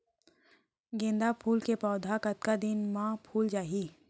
गेंदा फूल के पौधा कतका दिन मा फुल जाही?